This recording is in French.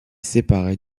séparer